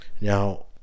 Now